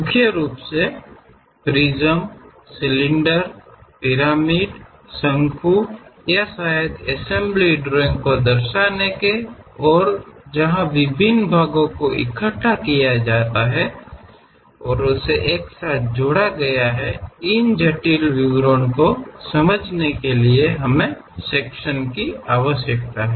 मुख्य रूप से प्रिज्म सिलिंडर पिरामिड शंकु या शायद असेंबली ड्रॉइंग को दर्शाने के और जहां विभिन्न भागों को इकट्ठा किया गया है एक साथ जोड़ा गया है इन जटिल विवरणों को समझने के लिए हमें इस सेक्शन की आवश्यकता है